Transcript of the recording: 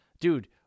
dude